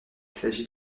s’agit